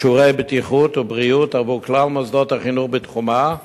אישורי בטיחות ובריאות עבור כלל מוסדות החינוך בתחומה,